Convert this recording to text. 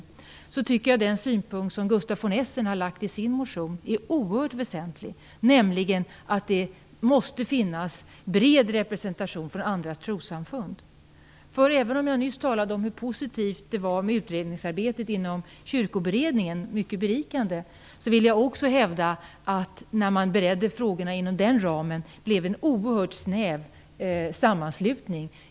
Till de synpunkter som ändå kommer att utredas är den som Gustav von Essen för fram i sin motion är oerhört väsentlig, nämligen att det måste finnas bred representation för andra trossamfund. Även om jag nyss talade om hur positivt och mycket berikande det var med utredningsarbetet inom Kyrkoberedningen vill jag ändå hävda att det när man beredde frågorna inom den ramen blev en oerhört snäv sammansättning.